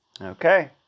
Okay